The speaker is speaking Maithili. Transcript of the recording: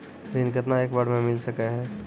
ऋण केतना एक बार मैं मिल सके हेय?